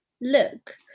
look